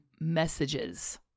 messages